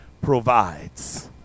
provides